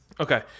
okay